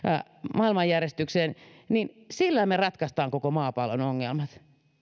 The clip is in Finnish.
maailmanjärjestykseen niin sillä me ratkaisemme koko maapallon ongelmat